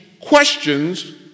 questions